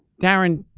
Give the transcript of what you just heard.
darren,